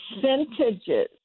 percentages